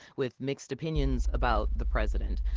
with mixed opinions about the president.